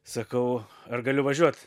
sakau ar galiu važiuot